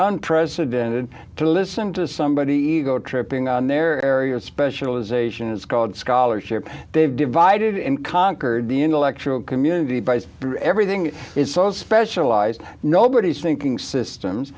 on president and to listen to somebody ego tripping on their area of specialization it's called scholarship they've divided and conquered the intellectual community by everything is so specialized nobody's thinking systems